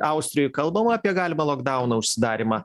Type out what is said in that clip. austrijoj kalbama apie galimą lokdauną užsidarymą